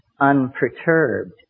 unperturbed